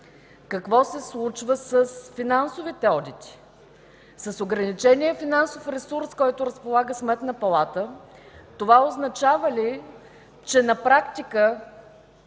Какво се случва с финансовите одити? С ограничения финансов ресурс, с който разполага Сметната палата? Това означава ли, че на практика